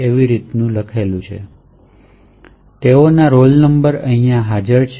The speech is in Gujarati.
તેમના રોલ નંબર્સ અહીં હાજર છે